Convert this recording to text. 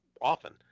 often